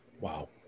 Wow